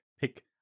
pick